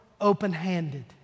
open-handed